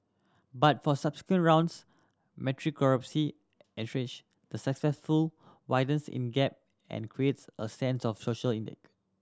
but for subsequent rounds entrench the successful widens in gap and creates a sense of social